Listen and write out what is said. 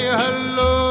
hello